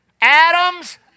Adam's